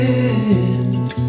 end